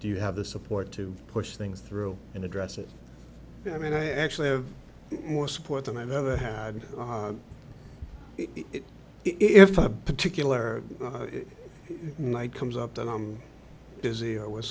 do you have the support to push things through and address it i mean i actually have more support than i've ever had it if a particular night comes up that i'm busier with